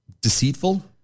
deceitful